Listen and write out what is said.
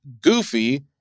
Goofy